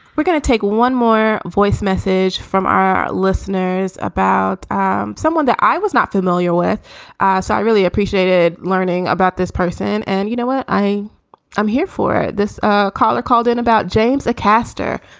gonna take one more voice message from our listeners about um someone that i was not familiar with so i really appreciated learning about this person. and you know what? i am here for this ah caller called in about james a kastor